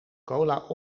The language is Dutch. cola